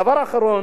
דבר אחרון,